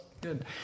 Good